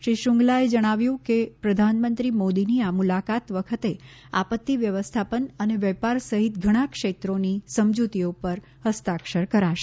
શ્રી શ્રૃંગલાએ જણાવ્યું કે પ્રધાનમંત્રી મોદીની આ મુલાકાત વખતે આપત્તિ વ્યવસ્થાપન અને વેપાર સહિત ધણા ક્ષેત્રોની સમજૂતીઓ ઉપર હસ્તાક્ષર કરાશે